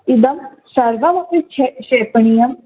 इदं सर्वमपि क्षे क्षेपणीयं